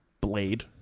Blade